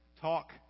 Talk